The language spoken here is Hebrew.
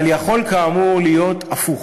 אבל יכול כאמור להיות הפוך,